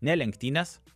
ne lenktynės